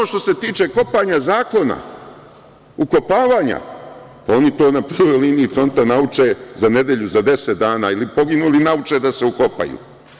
Što se tiče kopanja zakona, ukopavanja, pa oni to na prvoj liniji fronta nauče za nedelju ili za deset dana ili poginuli nauče da se ukopaju.